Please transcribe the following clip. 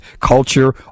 culture